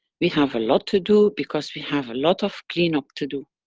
we have a lot to do, because we have a lot of cleanup to do.